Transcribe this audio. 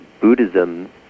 Buddhism